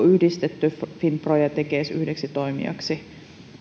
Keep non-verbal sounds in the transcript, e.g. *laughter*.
*unintelligible* yhdistetty finpro ja tekes yhdeksi toimijaksi